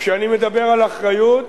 כשאני מדבר על אחריות